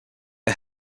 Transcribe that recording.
are